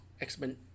X-Men